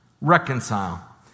Reconcile